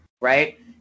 right